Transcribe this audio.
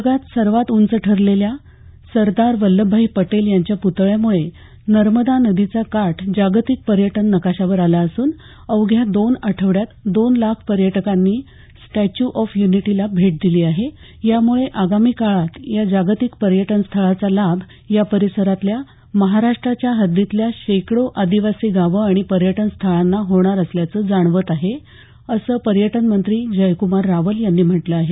जगात सर्वात उंच ठरलेल्या सरदार वल्छभभाई पटेल यांच्या पुतळ्यामुळे नर्मदा नदीचा काठ जागतिक पर्यटन नकाशावर आला असून अवघ्या दोन आठवड्यात दोन लाख पर्यटकांनी स्टॅच्यू ऑफ युनिटीला भेट दिली आहे यामुळे आगामी काळात या जागतिक पर्यटनस्थळाचा लाभ या परिसरातल्या महाराष्ट्राच्या हद्दीतल्या शेकडो आदिवासी गावं आणि पर्यटन स्थळांना होणार असल्याचं जाणवत आहे असं पर्यटन मंत्री जयकुमार रावल यांनी म्हटलं आहे